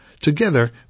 together